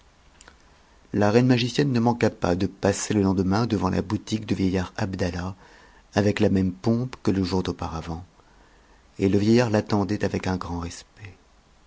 la reine magicienne ne manqua pas de passer le lendemain devant la boutique du vieillard abdallah avec la même pompe que le jour d'auparavant et le vieillard l'attendait avec un grand respect